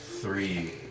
Three